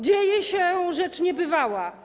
Dzieje się rzecz niebywała.